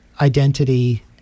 identity